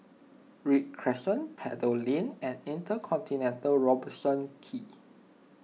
Read Crescent Pebble Lane and Intercontinental Robertson Quay